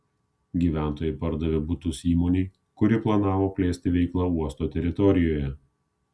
gyventojai pardavė butus įmonei kuri planavo plėsti veiklą uosto teritorijoje